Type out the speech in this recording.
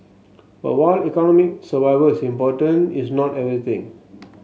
but while economic survival is important it's not everything